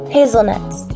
Hazelnuts